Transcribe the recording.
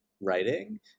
writing